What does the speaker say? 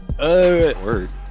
Word